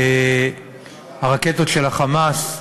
הרקטות של ה"חמאס"